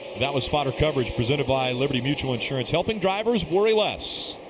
that was spotter coverage presented by liberty mutual insurance helping drivers worry less.